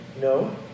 No